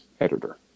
editor